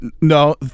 No